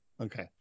Okay